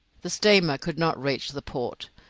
the steamer could not reach the port,